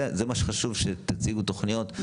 חשוב שתציגו תוכניות שאתם עושים.